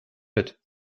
mit